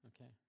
Okay